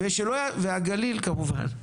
והגליל כמובן.